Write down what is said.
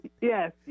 Yes